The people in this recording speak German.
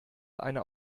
eine